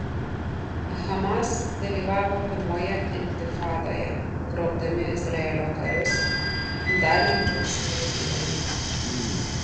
hamas dalyvavo pirmoje intifadoje grobdami izraelio karius dalį jų nužudydami